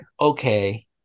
okay